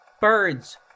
Birds